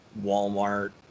Walmart